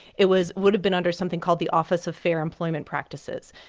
it was would have been under something called the office of fair employment practices.